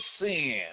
sin